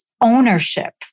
ownership